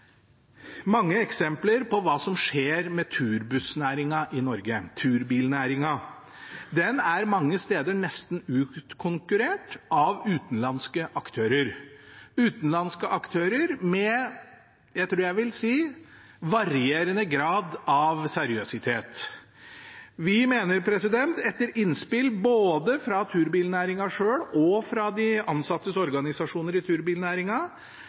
mange eksempler på hva som skjer med turbilnæringen i Norge. Den er mange steder nesten utkonkurrert av utenlandske aktører, utenlandske aktører med – jeg tror jeg vil si – varierende grad av seriøsitet. Etter innspill både fra turbilnæringen selv og fra de ansattes organisasjoner i